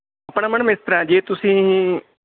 ਆਪਣਾ ਮੈਡਮ ਇਸ ਤਰ੍ਹਾਂ ਹੈ ਜੇ ਤੁਸੀਂ